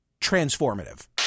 transformative